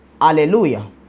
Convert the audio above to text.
Hallelujah